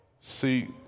See